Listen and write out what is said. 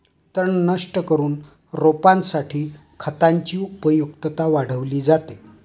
तण नष्ट करून रोपासाठी खतांची उपयुक्तता वाढवली जाते